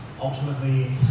ultimately